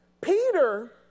Peter